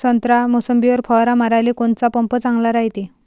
संत्रा, मोसंबीवर फवारा माराले कोनचा पंप चांगला रायते?